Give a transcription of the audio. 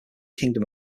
kingdom